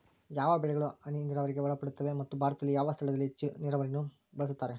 ಯಾವ ಬೆಳೆಗಳು ಹನಿ ನೇರಾವರಿಗೆ ಒಳಪಡುತ್ತವೆ ಮತ್ತು ಭಾರತದಲ್ಲಿ ಯಾವ ಸ್ಥಳದಲ್ಲಿ ಹೆಚ್ಚು ಹನಿ ನೇರಾವರಿಯನ್ನು ಬಳಸುತ್ತಾರೆ?